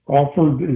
offered